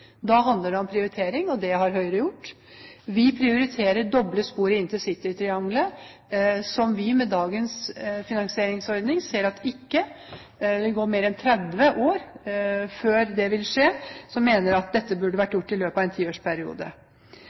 Da handler det om prioritering, og det har Høyre gjort. Vi prioriterer doble spor i intercitytriangelet. Med dagens finansieringsordning ser vi at det vil gå mer enn 30 år før det vil skje, men vi mener at dette burde vært gjort i løpet av en tiårsperiode.